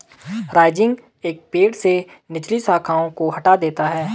rising एक पेड़ से निचली शाखाओं को हटा देता है